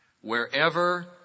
wherever